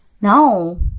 No